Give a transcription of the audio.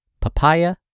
Papaya